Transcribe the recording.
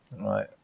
right